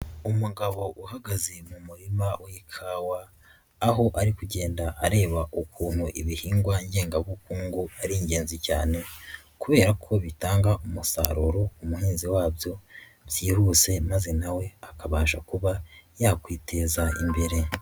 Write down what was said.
Umugabo uhagaze mu murima w'ikawa, aho ari kugenda areba ukuntu ibihingwa ngengabukungu ari ingenzi cyane kubera ko bitanga umusaruro umuhinzi wabyo byihuse, maze na we akabasha kuba yakwiteza imbere.